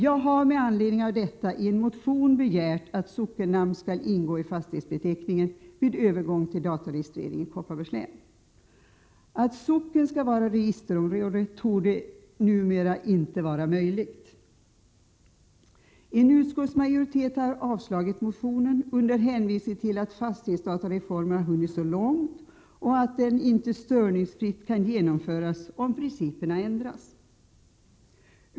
Jag har med anledning av detta i en motion begärt att sockennamn skall ingå i fastighetsbeteckningen vid övergång till dataregistrering i Kopparbergs län. Att låta socken vara registerområde torde numera inte vara möjligt. En utskottsmajoritet har avstyrkt motionen med hänvisning till att fastighetsdatareformen framskridit så långt och att den inte störningsfritt kan genomföras om principerna ändras.